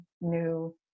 new